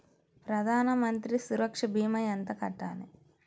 ప్రధాన మంత్రి సురక్ష భీమా ఎంత కట్టాలి?